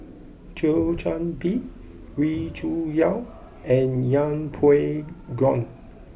Thio Chan Bee Wee Cho Yaw and Yeng Pway Ngon